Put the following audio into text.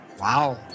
Wow